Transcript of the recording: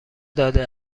داده